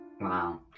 Wow